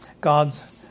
God's